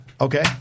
Okay